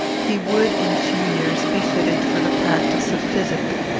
he would, in a few years, be fitted for the practice of physic.